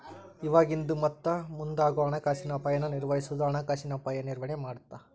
ಇವಾಗಿಂದು ಮತ್ತ ಮುಂದಾಗೋ ಹಣಕಾಸಿನ ಅಪಾಯನ ನಿರ್ವಹಿಸೋದು ಹಣಕಾಸಿನ ಅಪಾಯ ನಿರ್ವಹಣೆ ಮಾಡತ್ತ